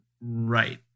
right